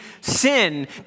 sin